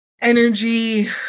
energy